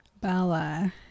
Bella